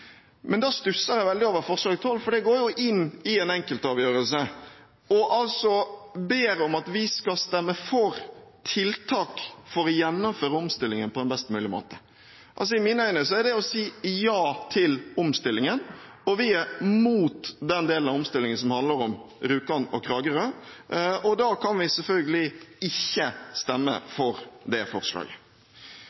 Men da stusser jeg veldig over forslag nr. 12, for det går jo inn i en enkeltavgjørelse, og man ber om at vi skal stemme for tiltak for å gjennomføre omstillingen på en best mulig måte. I mine øyne er det å si ja til omstillingen. Vi er mot den delen av omstillingen som handler om Rjukan og Kragerø, og da kan vi selvfølgelig ikke stemme